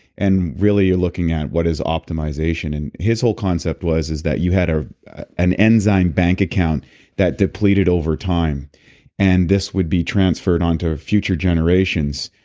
and really you're looking at what is optimization, and his whole concept was is that you had ah an enzyme bank account that depleted over time and this would be transferred onto a future generations,